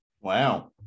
Wow